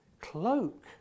cloak